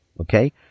Okay